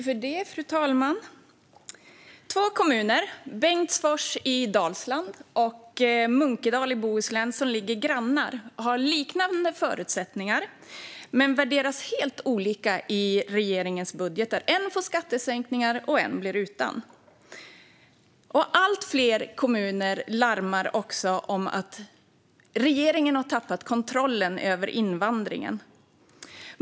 Fru talman! Två kommuner, Bengtsfors i Dalsland och Munkedal i Bohuslän, som är grannar har liknande förutsättningar men värderas helt olika i regeringens budget. En får skattesänkningar och en blir utan. Allt fler kommuner larmar om att regeringen har tappat kontrollen över invandringen.